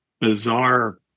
bizarre